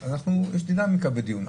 אבל יש גם דינמיקה בדיון.